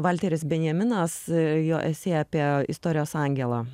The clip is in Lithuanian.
valteris benjaminas jo esė apie istorijos angelą